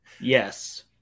Yes